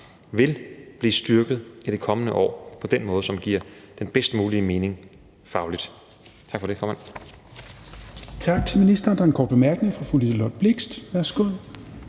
vil blive styrket i de kommende år på den måde, som fagligt giver den bedst mulige mening.